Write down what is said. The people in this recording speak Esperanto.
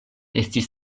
estis